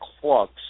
clubs